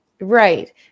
Right